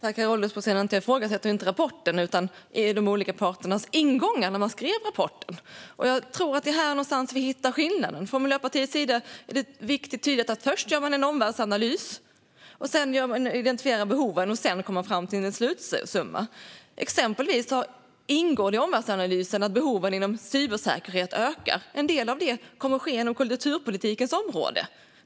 Herr ålderspresident! Det jag ifrågasätter är inte rapporten utan de olika parternas ingångar när de skrev rapporten. Jag tror att det är här någonstans vi hittar skillnaden. För Miljöpartiet är det viktigt att man först gör en omvärldsanalys och sedan identifierar behoven och kommer fram till en slutsumma. Exempelvis ingår det i omvärldsanalysen att behoven inom cybersäkerhet ökar. En del av det kommer att ske inom kulturpolitikens område.